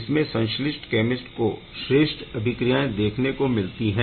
इसमें संश्लिष्ट कैमिस्ट को श्रेष्ठ अभिक्रियाएं देखने को मिलती है